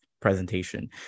presentation